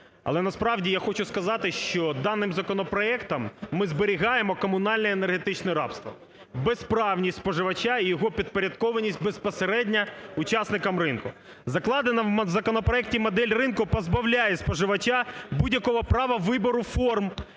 Але насправді я хочу сказати, що даним законопроектом ми зберігаємо комунальне енергетичне рабство, безправність споживача і його підпорядкованість безпосередньо учасникам ринку. Закладена в законопроекті модель ринку позбавляє споживача будь-якого права вибору форм